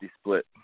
split